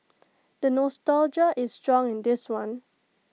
the nostalgia is strong in this one